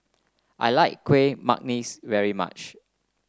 I like Kuih Manggis very much